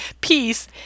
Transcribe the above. peace